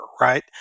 right